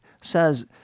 says